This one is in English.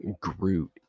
Groot